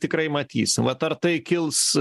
tikrai matysim vat ar tai kils